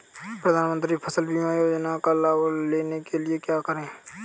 प्रधानमंत्री फसल बीमा योजना का लाभ लेने के लिए क्या करें?